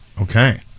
Okay